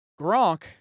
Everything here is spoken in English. Gronk